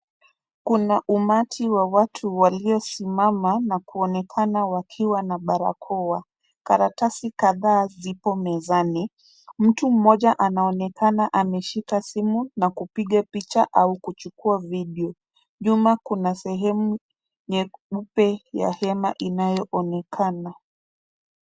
Kuna umati wa watu waliosimama na kuonekana wakiwa na barakoa, karatasi kadha zipo mezani. Mtu mmoja anaonekana ameshika simu na kupiga picha au kuchukua video, nyuma kuna sehemu nyeupe ya hema inayoonekana.